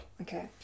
Okay